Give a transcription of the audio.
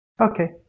Okay